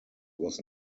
was